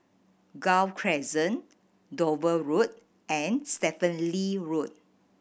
Gul Crescent Dover Road and Stephen Lee Road